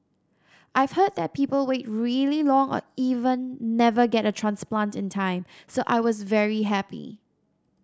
I've heard that people wait really long or even never get a transplant in time so I was very happy